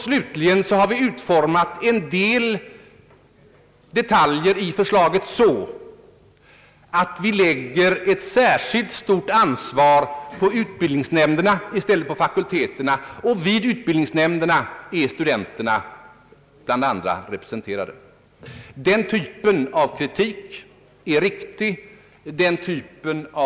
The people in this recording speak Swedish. Slutligen har vi utformat en del detaljer i förslaget så att vi lägger ett särskilt stort ansvar på utbildningsnämnderna i stället för på fakulteterna. I utbildningsnämnderna är bl a. studenterna representerade. Den typen av kritik är alltså riktig.